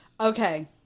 Okay